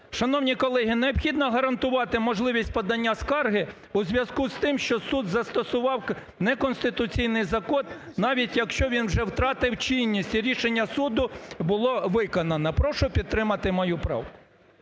Шановні колеги, необхідно гарантувати можливість подання скарги у зв'язку з тим, що суд застосував неконституційний закон, навіть якщо він вже втратив чинність і рішення суду було виконане. Прошу підтримати мою правку.